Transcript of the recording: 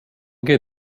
get